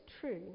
true